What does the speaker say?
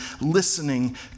listening